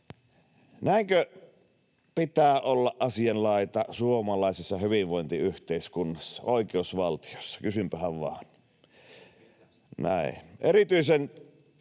Näinkö pitää olla asianlaita suomalaisessa hyvinvointiyhteiskunnassa, oikeusvaltiossa? Kysynpähän vain.